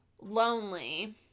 lonely